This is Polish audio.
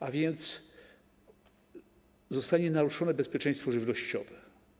A więc zostanie naruszone bezpieczeństwo żywnościowe.